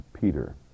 Peter